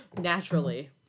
naturally